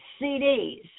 CDs